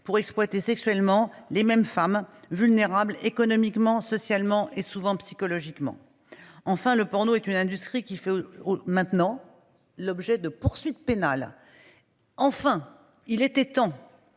pour exploiter sexuellement les mêmes femmes vulnérables économiquement, socialement et souvent psychologiquement. Enfin le porno est une industrie qui fait maintenant l'objet de poursuites pénales. Enfin il était temps.